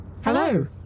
Hello